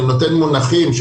אני נותן מונחים,